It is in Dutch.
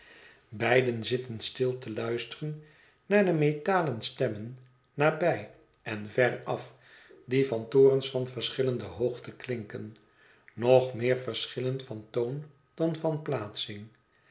beiden zitten stil te luisteren naar de metalen stemmen nabij en veraf die van torens van verschillende hoogte klinken nog meer verschillend van toon dan van plaatsing